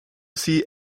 see